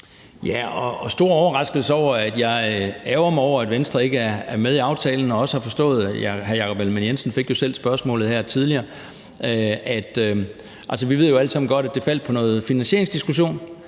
var en stor overraskelse; og jeg ærgrer mig over, at Venstre ikke er med i aftalen. Hr. Jakob Ellemann-Jensen fik jo selv spørgsmålet her tidligere. Vi ved jo alle sammen godt, at det faldt på noget finansieringsdiskussion,